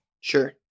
Sure